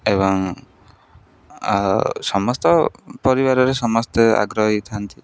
ଏବଂ ସମସ୍ତ ପରିବାରରେ ସମସ୍ତେ ଆଗ୍ରହୀ ହେଇଥାନ୍ତି